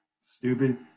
stupid